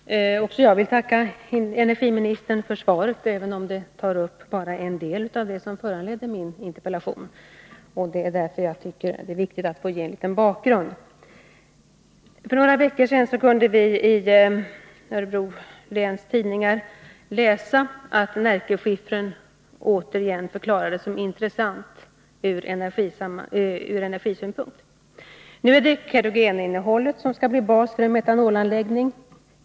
Fru talman! Även jag vill tacka energiministern för svaret, även om detta endast berör en del av det som föranledde min interpellation. Därför tycker jag att det är viktigt att ge en liten bakgrund. För några veckor sedan kunde man i Örebro läns tidningar läsa att Närkeskiffern återigen är intressant från energisynpunkt. Nu är det kerogeninnehållet som skall bli bas för en metanolanläggning.